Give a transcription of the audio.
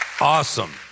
Awesome